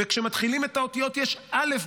וכשמתחילים את האותיות יש א',